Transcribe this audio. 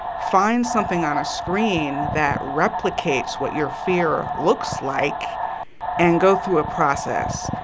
find something on a screen that replicates what your fear looks like and go through a process.